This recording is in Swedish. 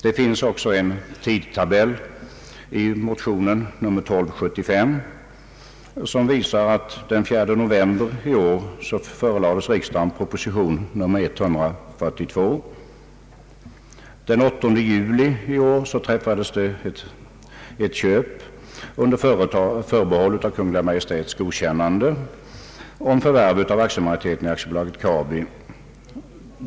Det finns också en tidtabell i motionen 11: 1275. Den 4 november i år förelades riksdagen proposition nr 142. Den 8 juli i år träffades ett avtal, under förbehåll av Kungl. Maj:ts godkännande, om statens förvärv av aktiemajoriteten i AB Kabi.